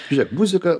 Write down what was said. žiūrėk muzika